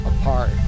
apart